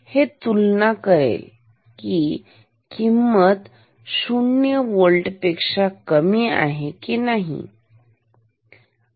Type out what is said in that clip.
हे तुलना करेल की ही किंमत 0 व्होल्ट पेक्षा मोठी आहे की नाही ठीक